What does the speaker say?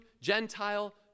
Gentile